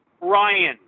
Ryan